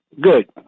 good